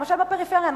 למשל בפריפריה,